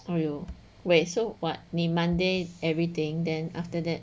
!aiyo! so what 你 monday everything then after that